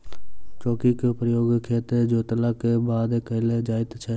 चौकीक प्रयोग खेत जोतलाक बाद कयल जाइत छै